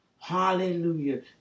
Hallelujah